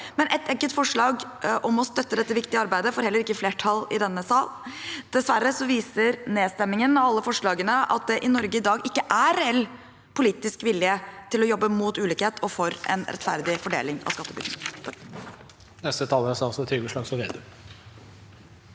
Men et enkelt forslag om å støtte dette viktige arbeidet får heller ikke flertall i denne sal. Dessverre viser nedstemmingen av alle forslagene at det i Norge i dag ikke er reell politisk vilje til å jobbe mot ulikhet og for en rettferdig fordeling av skattebyrden. Statsråd Trygve Slagsvold Vedum